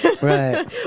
right